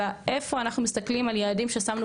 אלא איפה אנחנו מסתכלים על יעדים ששמנו